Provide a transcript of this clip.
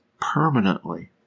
permanently